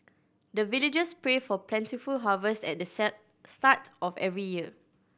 the villagers pray for plentiful harvest at the start of every year